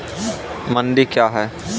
मंडी क्या हैं?